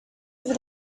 over